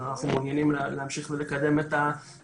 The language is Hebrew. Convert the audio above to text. ממוגנים ובשעות מאוד מאוד מעטות.